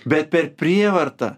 bet per prievartą